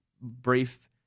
brief